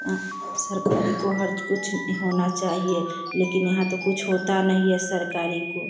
सरकारी को हर कुछ होना चाहिए लेकिन यहाँ तो कुछ होता नहीं है सरकारी को